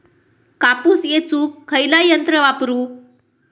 कापूस येचुक खयला यंत्र वापरू?